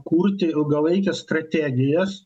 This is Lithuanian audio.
kurti ilgalaikes strategijas